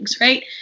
right